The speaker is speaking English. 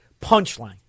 punchline